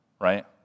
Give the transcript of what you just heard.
right